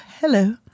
hello